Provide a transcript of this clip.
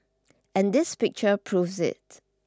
and this picture proves it